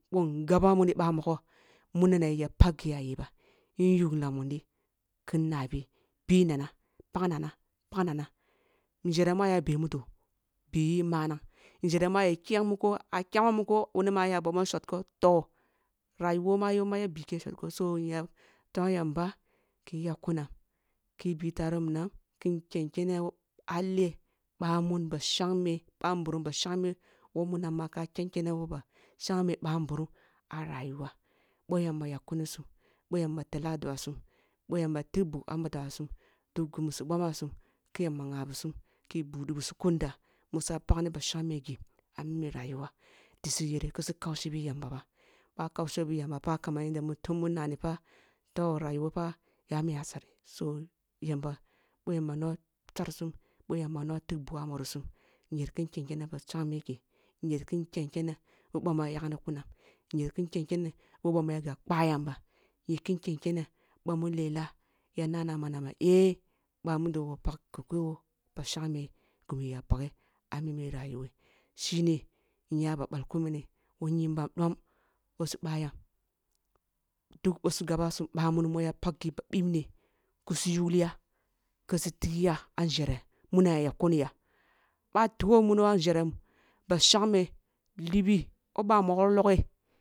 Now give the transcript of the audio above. Bon ngaba muni bah mogoh mu nana ya pag ghi yayi ba ying yuglina mudi kin nabi bi nana pag nana-pag nana njere mu aya be mudo biyi manang njere mi aye kyang muko ah kyangho muko wuni ba ya bomo shortcut rayuwo yomaya bike shortcut so nya tong yamba ki yakkunam ki bi tare woh minam kin ken kene woh hale baman ba shangme ъa nburum ba shangme woh munam ma ka ken kene woh ba shangme ъa nburum ah rayuwa boh yamba yakkuni sum boh yamba tela dua sum ъoh yamba tig bug ah madua sun duk gimi su boma sum ki yamba ngha lasum ki budi bisum kunde musa pagni ba shangme ghi ah mimi yayuwa di si yere kisi kaushi bi yamba ba ъah kausho bi yamba fa kaman yanda mu tun mun nani ta toh rayuwo fa ya mi hasari so yamba boh yamba loh sar sum yamba no tig bug ah muri sum nyer kin ken kene ba shangme geh nyer kin ken kene woh ъamu ya yak kunam nyer kin kenkene woh bamu ya gab kpa yamba nye kin ken kene ъamu lela ya nana ma eh ъa mudo wa pag kakoyo ghe mu iya paghe ah mimi rayuwe shine nya ba ъalkun mini woh nyibam nɗom woh su ъa yam duk boh su gaba sum bamun mu ya pag ghi ba bibne kisu yugli ya kisi tigya ah njere muna yag kuni ya boh a tigho muno ah njere ba shangme libi bo bah mogho loghe